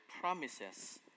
promises